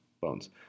Bones